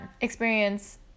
experience